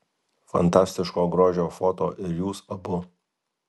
fantastiško grožio foto ir jūs abu